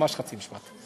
ממש חצי משפט.